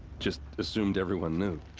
just assumed everyone knew.